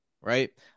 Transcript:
right